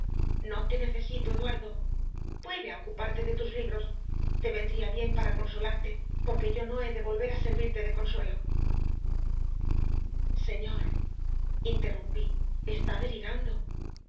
no te necesito eduardo vuelve a ocuparte de tus libros te vendría bien para consolarte porque yo no he de volver a servirte de consuelo señor interrumpí está delirando